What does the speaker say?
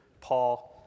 Paul